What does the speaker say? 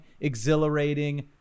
exhilarating